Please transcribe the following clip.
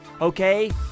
Okay